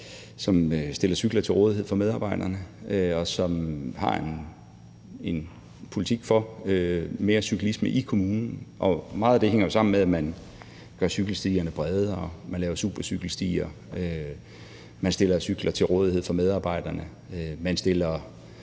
som stiller cykler til rådighed for medarbejderne, og som har en politik for mere cyklisme i kommunen, og meget af det hænger jo sammen med, at man gør cykelstierne bredere og laver supercykelstier, at man stiller cykler til rådighed for medarbejderne, og at